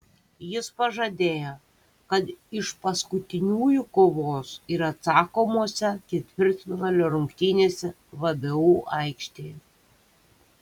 jis pažadėjo kad iš paskutiniųjų kovos ir atsakomose ketvirtfinalio rungtynėse vdu aikštėje